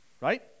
right